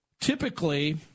typically